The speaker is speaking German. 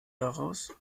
daraus